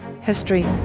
history